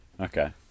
Okay